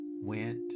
went